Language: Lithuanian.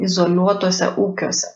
izoliuotuose ūkiuose